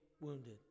wounded